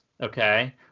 okay